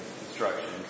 instructions